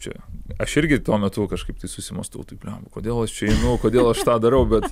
čia aš irgi tuo metu kažkaip tai susimąstau tai blemba kodėl aš čia einu kodėl aš tą darau bet